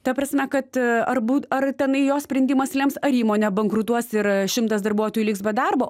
ta prasme kad ar būt ar tenai jo sprendimas lems ar įmonė bankrutuos ir šimtas darbuotojų liks be darbo